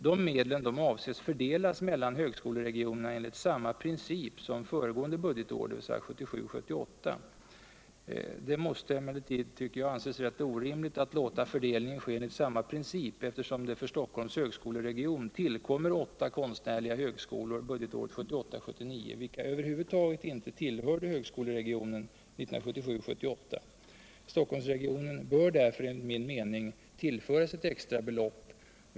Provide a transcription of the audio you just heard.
Dessa medel avses fördelas mellan högskoleregionerna enligt samma princip som föregående budgetår dvs. 1977 79, vilka över huvud taget inte tillhörde högskoleregionen 1977/78. Stockholmsregionen bör därför enligt min mening tillföras ett extra belopp.